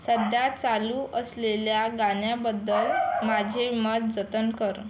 सध्या चालू असलेल्या गाण्याबद्दल माझे मत जतन कर